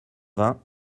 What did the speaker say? vingt